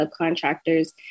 subcontractors